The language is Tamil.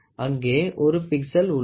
அங்கே ஒரு பிக்சல் உள்ளது